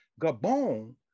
Gabon